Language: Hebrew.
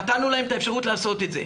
נתנו להם את האפשרות לעשות את זה.